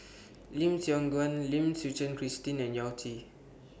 Lim Siong Guan Lim Suchen Christine and Yao Zi